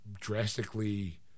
drastically